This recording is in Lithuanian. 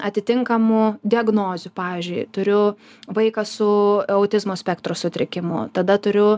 atitinkamų diagnozių pavyzdžiui turiu vaiką su autizmo spektro sutrikimu tada turiu